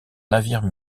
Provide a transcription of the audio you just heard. navire